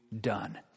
done